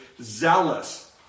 zealous